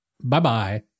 bye-bye